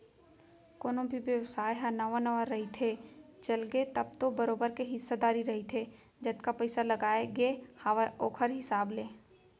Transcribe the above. कोनो भी बेवसाय ह नवा नवा रहिथे, चलगे तब तो बरोबर के हिस्सादारी रहिथे जतका पइसा लगाय गे हावय ओखर हिसाब ले